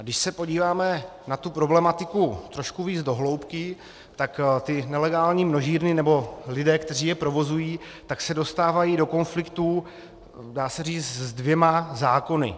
Když se podíváme na tu problematiku trošku víc do hloubky, tak nelegální množírny, nebo lidé, kteří je provozují, se dostávají do konfliktů, dá se říct, se dvěma zákony.